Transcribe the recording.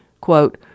Quote